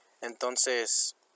Entonces